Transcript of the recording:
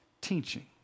teaching